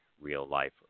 real-life